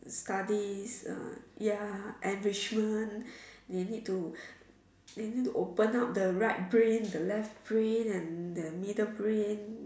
studies uh ya enrichment they need to they need to open up the right brain the left brain and the middle brain